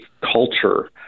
culture